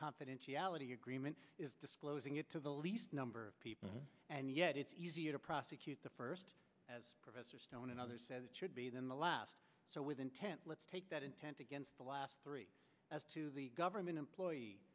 confidentiality agreement is disclosing it to the least number of people and yet it's easier to prosecute the first as professor stone and others said it should be than the last so with intent let's take that intent against the last three as to the government employee